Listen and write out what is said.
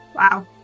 Wow